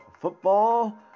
football